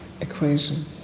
equation